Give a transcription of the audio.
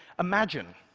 imagine,